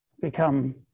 become